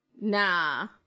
nah